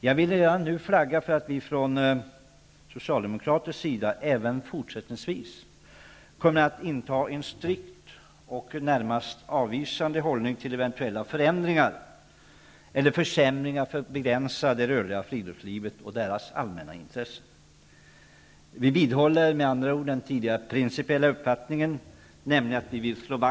Jag vill redan nu flagga för att vi från socialdemokratisk sida även fortsättningsvis kommer att inta en strikt och närmast avvisande hållning till eventuella förändringar eller försämringar som begränsar det rörliga friluftslivet och de allmänna intressena. Vi vidhåller med andra ord den tidigare principiella uppfattningen. Vi vill nämligen slå vakt om strandskyddet.